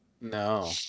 No